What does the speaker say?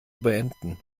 beenden